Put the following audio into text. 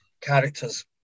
characters